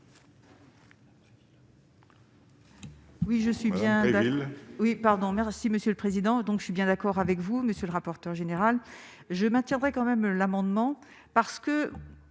donc je suis bien d'accord